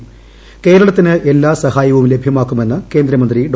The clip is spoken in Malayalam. വേ കേരളത്തിന് എല്ലാ സഹായവും ലഭൃമാക്കുമെന്ന് കേന്ദ്രമന്ത്രി ഡോ